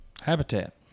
Habitat